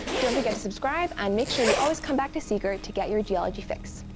don't forget to subscribe, and make sure you always come back to seeker to get your geology fix.